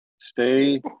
stay